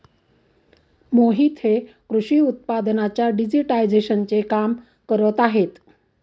मोहित हे कृषी उत्पादनांच्या डिजिटायझेशनचे काम करत आहेत